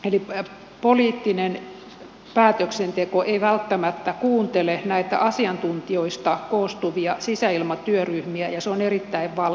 eli poliittinen päätöksenteko ei välttämättä kuuntele näitä asiantuntijoista koostuvia sisäilmatyöryhmiä ja se on erittäin valitettavaa